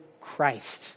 Christ